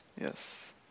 Yes